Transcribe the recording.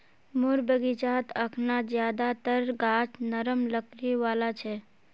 मोर बगीचात अखना ज्यादातर गाछ नरम लकड़ी वाला छ